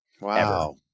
wow